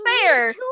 fair